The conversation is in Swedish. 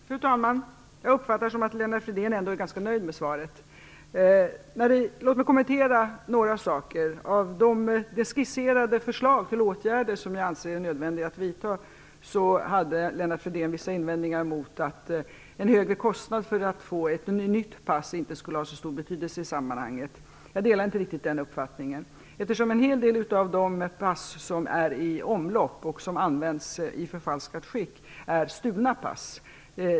Fru talman! Jag uppfattar att Lennart Fridén ändå är ganska nöjd med svaret. Men låt mig kommentera några saker. Beträffande de skisserade förslag till åtgärder som jag anser att det är nödvändigt att vidta hade Lennart Fridén vissa invändningar och menade att en högre kostnad för att få ett nytt pass inte skulle ha så stor betydelse i sammanhanget. Jag delar inte riktigt den uppfattningen. En hel del av de pass som är i omlopp och som används i förfalskat skick är nämligen stulna pass.